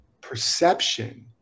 perception